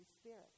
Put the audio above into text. Spirit